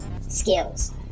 Skills